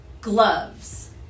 gloves